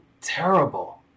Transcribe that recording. terrible